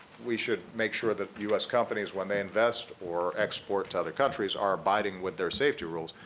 we should make sure that u s. companies, when they invest or export to other countries, are abiding with their safety rules,